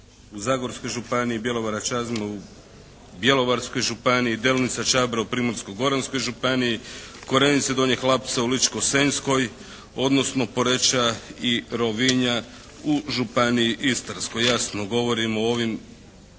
u Zagorskoj županiji, Bjelovara i Čazme u Bjelovarskoj županiji, Delnice-Čabra u Primorsko-goranskoj županiji, Korenice-Donjeg Lapca u Ličko-senjskoj, odnosno Poreča i Rovinja u Županiji istarskoj. Jasno, govorimo o ovim